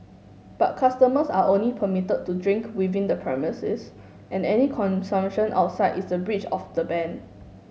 but customers are only permitted to drink within the premises and any consumption outside is a breach of the ban